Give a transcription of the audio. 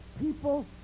people